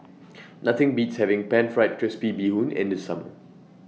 Nothing Beats having Pan Fried Crispy Bee Hoon in The Summer